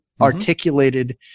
articulated